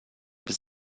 bis